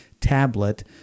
tablet